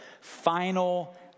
final